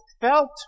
felt